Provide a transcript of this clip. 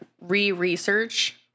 re-research